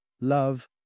love